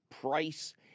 price